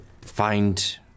find